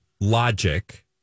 logic